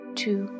two